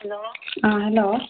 hello hello